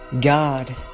God